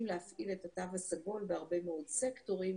להפעיל את התו הסגול בהרבה מאוד סקטורים,